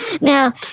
Now